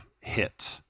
hit